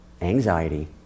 anxiety